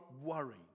worry